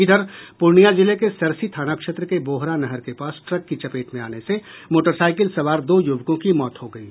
इधर पूर्णिया जिले के सरसी थाना क्षेत्र के बोहरा नहर के पास ट्रक की चपेट में आने से मोटरसाइकिल सवार दो युवकों की मौत हो गयी